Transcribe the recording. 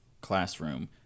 classroom